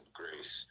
grace